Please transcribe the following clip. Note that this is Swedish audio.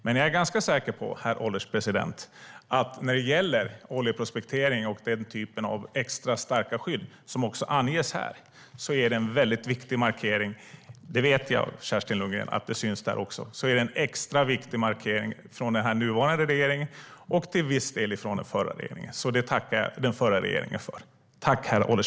Jag är dock ganska säker på följande, herr ålderspresident: När det gäller oljeprospektering och den typen av extra starka skydd, vilket anges i pm:et - och jag vet att det syns även i strategin, Kerstin Lundgren - är det en väldigt viktig extra markering från den nuvarande regeringen, och till viss del från den förra regeringen. Det tackar jag den förra regeringen för.